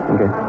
Okay